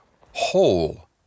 whole